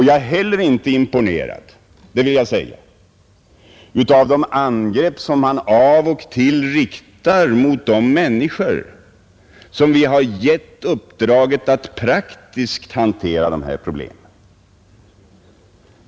Jag är heller inte imponerad, det vill jag säga, av de angrepp som han av och till riktar mot de människor som vi har gett uppdraget att praktiskt hantera de här problemen.